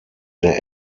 der